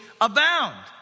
abound